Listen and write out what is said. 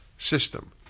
system